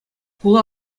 хула